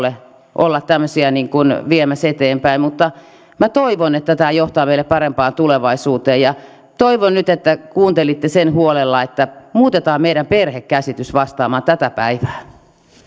ole olla tämmöisiä viemässä eteenpäin mutta minä toivon että tämä johtaa meille parempaan tulevaisuuteen ja toivon nyt että kuuntelitte huolella sen että muutetaan meidän perhekäsityksemme vastaamaan tätä päivää